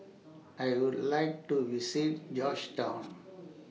I Would like to visit Georgetown